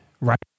right